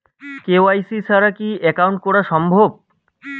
KYC ছাড়া কি account করা সম্ভব?